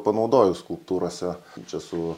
panaudoju skulptūrose čia su